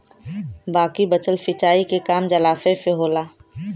बाकी बचल सिंचाई के काम जलाशय से होला